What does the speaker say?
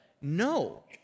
No